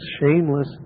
shameless